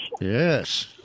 Yes